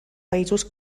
països